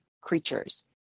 creatures